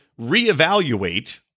reevaluate